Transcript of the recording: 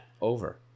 Over